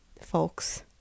folks